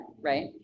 right